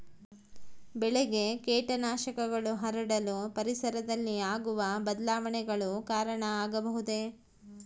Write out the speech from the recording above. ಬೆಳೆಗೆ ಕೇಟನಾಶಕಗಳು ಹರಡಲು ಪರಿಸರದಲ್ಲಿ ಆಗುವ ಬದಲಾವಣೆಗಳು ಕಾರಣ ಆಗಬಹುದೇ?